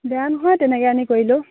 বেয়া নহয় তেনেকে আনি কৰিলেও